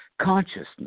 consciousness